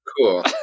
cool